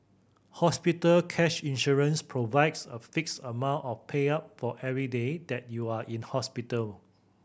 hospital cash insurance provides a fixed amount of payout for every day that you are in hospital